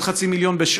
ועוד חצי מיליון,